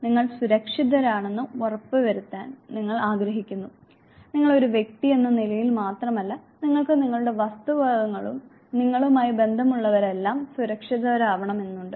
നിങ്ങൾ സുരക്ഷിതരാണെന്ന് ഉറപ്പുവരുത്താൻ നിങ്ങൾ ആഗ്രഹിക്കുന്നു നിങ്ങൾ ഒരു വ്യക്തി എന്ന നിലയിൽ മാത്രമല്ല നിങ്ങൾക്ക് നിങ്ങളുടെ വസ്തുവകകളും നിങ്ങളുമായി ബന്ധമുള്ളവരുമെല്ലാം സുരക്ഷിതരാവണമെന്നുണ്ട്